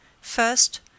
First